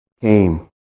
came